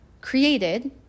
created